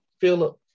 Philip